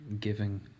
giving